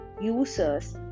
users